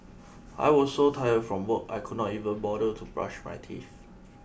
I was so tired from work I could not even bother to brush my teeth